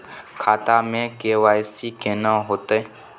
खाता में के.वाई.सी केना होतै?